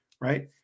Right